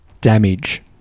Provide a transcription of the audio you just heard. damage